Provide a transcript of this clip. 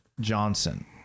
Johnson